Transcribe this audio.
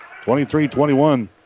23-21